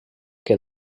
que